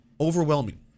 Overwhelming